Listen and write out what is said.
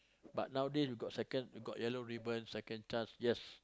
but nowadays we got second got Yellow-Ribbon second chance yes